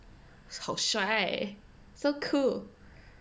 很 shy so cool